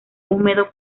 húmedo